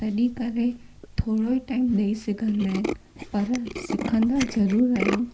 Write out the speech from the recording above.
तॾहिं करे थोरो ई टाइम ॾेई सघंदा आहिनि पर सिखंदा ज़रूरु आहियूं